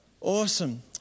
Awesome